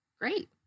Great